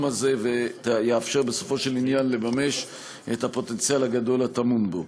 הזה ויאפשר בסופו של עניין לממש את הפוטנציאל הגדול הטמון בו.